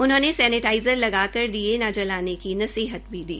उन्होंने सेनेटाइज़र लगागर दीये न जलाने की नसीहत भी दी